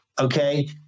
Okay